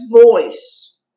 voice